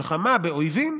מלחמה באויבים,